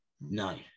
no